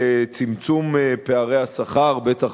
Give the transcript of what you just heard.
של צמצום פערי השכר, בטח